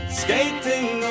skating